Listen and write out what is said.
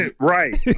right